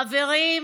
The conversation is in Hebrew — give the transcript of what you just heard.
חברים,